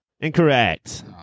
Incorrect